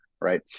right